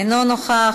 אינו נוכח.